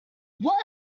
what